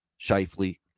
shifley